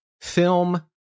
film